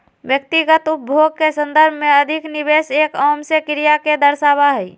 व्यक्तिगत उपभोग के संदर्भ में अधिक निवेश एक आम से क्रिया के दर्शावा हई